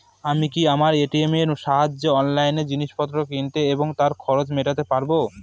আমি কি আমার এ.টি.এম এর সাহায্যে অনলাইন জিনিসপত্র কিনতে এবং তার খরচ মেটাতে পারব?